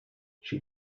she